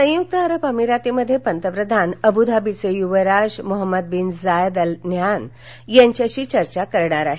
संयुक्त अरब अमिराती मध्येपंतप्रधान अबू धाबीचे युवराज Mohammed bin Zayed Al Nahyan यांच्याशी ते आज चर्चा करणार आहेत